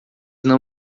não